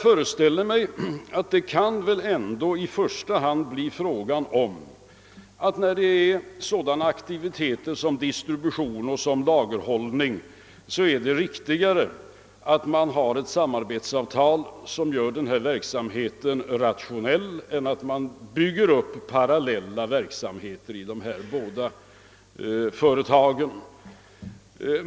När det gäller sådana aktiviteter som distribution och lagerhållning föreställer jag mig att det är riktigare att i första hand genom ett samarbetsavtal åstadkomma att denna verksamhet blir rationell än att bygga upp parallella verksamheter i de båda företagen.